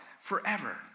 forever